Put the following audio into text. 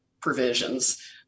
provisions